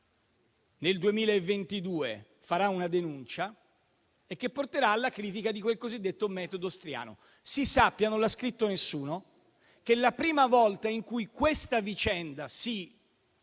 nel 2022 farà una denuncia e che porterà alla critica di quel cosiddetto metodo Striano. Si sappia - non lo ha scritto nessuno - che la prima volta in cui questa vicenda si